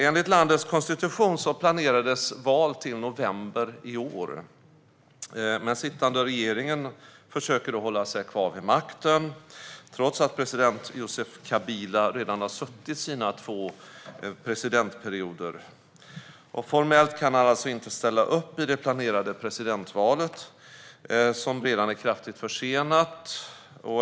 Enligt landets konstitution planerades val till november i år. Men den sittande regeringen försöker att hålla sig kvar vid makten trots att president Joseph Kabila redan har suttit sina två presidentperioder. Formellt kan han inte ställa upp i det planerade presidentvalet, som redan är kraftigt försenat.